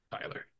Tyler